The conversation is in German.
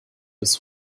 des